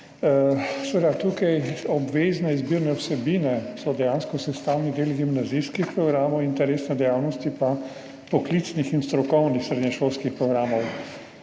Seveda, obvezne izbirne vsebine so dejansko sestavni del gimnazijskih programov, interesne dejavnosti pa poklicnih in strokovnih srednješolskih programov.